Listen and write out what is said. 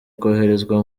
koherezwa